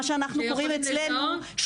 מה שאנחנו קוראים אצלנו,